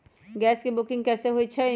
Gas के booking कैसे होईछई?